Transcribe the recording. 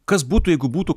kas būtų jeigu būtų